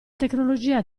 tecnologia